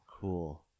cool